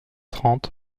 trente